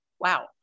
Wow